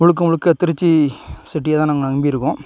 முழுக்க முழுக்க திருச்சி சிட்டியை தான் நாங்கள் நம்பி இருக்கோம்